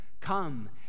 Come